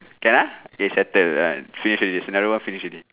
can ah K settled ah finish already scenario one finish already